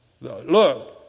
Look